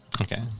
Okay